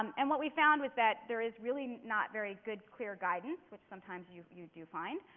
um and what we found was that there is really not very good clear guidance, which sometimes you you do find,